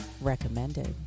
recommended